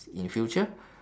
in future